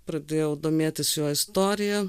pradėjau domėtis jo istorija